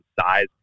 size